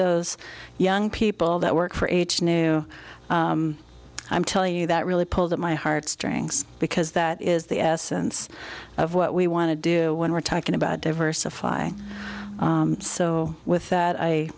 those young people that work for each new i'm tell you that really pulled at my heartstrings because that is the essence of what we want to do when we're talking about diversifying so with that i